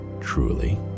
truly